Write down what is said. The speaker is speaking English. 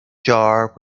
jar